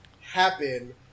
happen